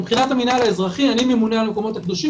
מבחינת המנהל האזרחי אני ממונה על המקומות הקדושים,